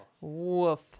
woof